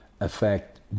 affect